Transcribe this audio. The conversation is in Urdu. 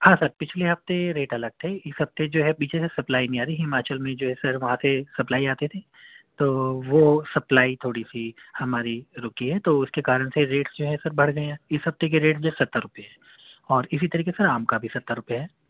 ہاں سر پچھلے ہفتے ریٹ الگ تھے اِس ہفتے جو ہے پیچھے سے سپلائی نہیں آ رہی ہماچل میں جو ہے سر وہاں سے سپلائی آتی تھی تو وہ سپلائی تھوڑی سی ہماری رُکی ہے تو اُس کے کارن سے ریٹ جو ہے سر بڑھ گئے ہیں اِس ہفتے کے ریٹ ستر روپیے ہیں اور اِسی طریقے سے سر آم کا بھی ستر روپیے ہے